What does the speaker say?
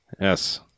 Yes